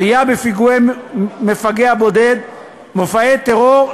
עלייה בפיגועי מפגע בודד ובמופעי טרור,